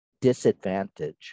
disadvantage